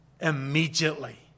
immediately